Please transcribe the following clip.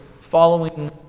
following